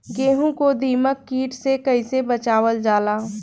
गेहूँ को दिमक किट से कइसे बचावल जाला?